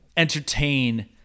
entertain